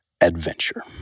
adventure